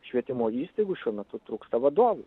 švietimo įstaigų šiuo metu trūksta vadovų